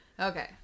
Okay